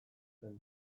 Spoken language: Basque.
zen